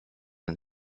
and